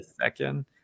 second